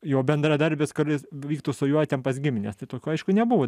jo bendradarbis kuris vyktų su juo ten pas gimines tai tokių aišku nebuvo